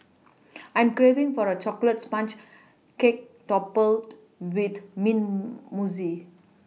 I am craving for a chocolate sponge cake topped with mint mousse